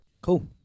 Cool